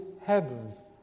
heavens